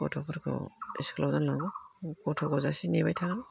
गथ'फोरखौ स्कुलाव दोनलांनागौ गथ'खौ गजासे नेबाय था